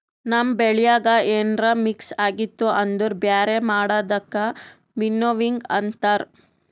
ನಮ್ ಬೆಳ್ಯಾಗ ಏನ್ರ ಮಿಕ್ಸ್ ಆಗಿತ್ತು ಅಂದುರ್ ಬ್ಯಾರೆ ಮಾಡದಕ್ ವಿನ್ನೋವಿಂಗ್ ಅಂತಾರ್